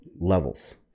levels